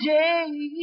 day